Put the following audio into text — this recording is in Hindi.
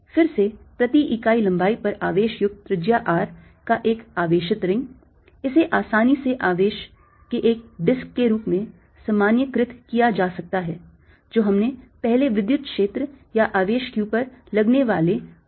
फिर से प्रति इकाई लंबाई पर आवेश युक्त त्रिज्या r का एक आवेशित रिंग इसे आसानी से आवेश के एक डिस्क के रूप में सामान्यीकृत किया जा सकता है जो हमने पहले विद्युत क्षेत्र या आवेश q पर लगने वाले बल के मामले में किया था